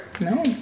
No